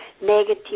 negative